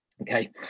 okay